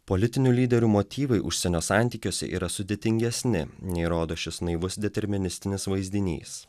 politinių lyderių motyvai užsienio santykiuose yra sudėtingesni nei rodo šis naivus deterministinis vaizdinys